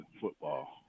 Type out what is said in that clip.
football